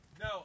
No